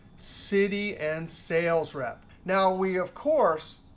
city, and sales rep. now we of course,